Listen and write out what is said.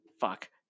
fuck